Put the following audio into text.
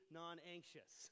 non-anxious